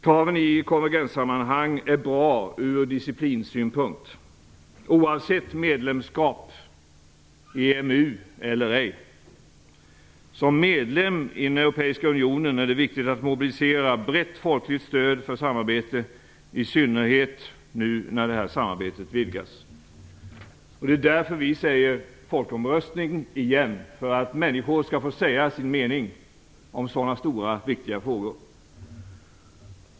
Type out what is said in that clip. Kraven i konvergenssammanhang är bra ur disciplinsynpunkt. Oavsett medlemskap i EMU gäller att det är viktigt att som medlem i den europeiska unionen mobilisera ett brett folkligt stöd för samarbete, i synnerhet nu när detta samarbete vidgas. Det är därför vi säger: Folkomröstning igen, för att människor skall få säga sin mening om sådana här stora och viktiga frågor!